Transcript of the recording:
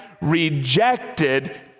rejected